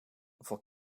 voor